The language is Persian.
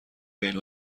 بین